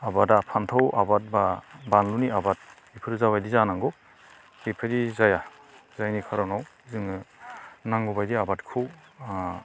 आबादा फानथाव आबाद बा बानलुनि आबाद बेफोर जाबादि जानांगौ बेबायदि जाया जायनि खार'नाव जोङो नांगौबायदि आबादखौ ओ